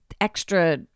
extra